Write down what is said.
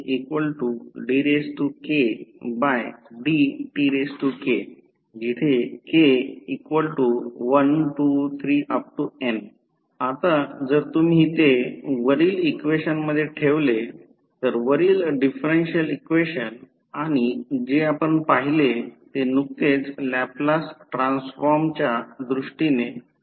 n आता जर तुम्ही ते वरील इक्वेशन मध्ये ठेवले तर वरील डिफरेन्शिअल इक्वेशन आणि जे आपण पाहिले ते नुकतेच लॅपलास ट्रान्सफॉर्मच्या दृष्टीने लिहू शकतो